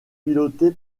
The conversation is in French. piloté